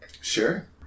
Sure